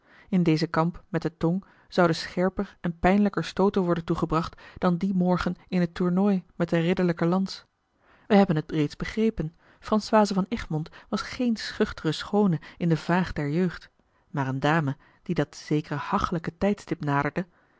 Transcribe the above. in dezen kamp met de tong zouden scherper en pijnlijker stooten worden toegebracht dan dien morgen in het tournooi met de ridderlijke lans wij hebben het reeds begrepen françoise van egmond was geene schuchtere schoone in de vaag der jeugd maar eene dame die dat zekere hachelijke tijdstip naderde